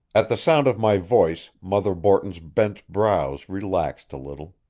at the sound of my voice, mother borton's bent brows relaxed a little.